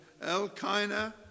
Elkina